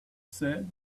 said